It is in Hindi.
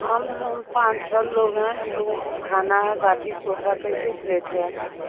हां मैम हम पांच छः लोग हैं हमलोगो को खाना बाटी चोखा कैसे प्लेट हैआपके यहाँ